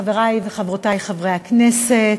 חברי וחברותי חברי הכנסת,